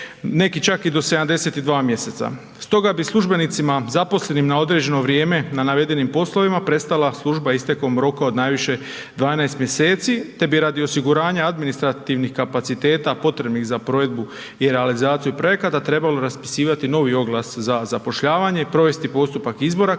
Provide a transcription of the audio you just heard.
neki čak i do 72 mjeseca. Stoga bi službenicima zaposlenim na određeno vrijeme na navedenim poslovima prestala služba istekom roka od najviše 12 mjeseci, te bi radi osiguranja administrativnih kapaciteta potrebnih za provedbu i realizaciju projekata trebalo raspisivati novi oglas za zapošljavanje, provesti postupak izbora